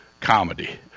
comedy